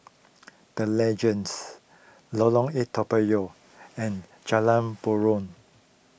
the Legends Lorong eight Toa Payoh and Jalan Buroh